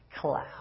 cloud